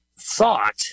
thought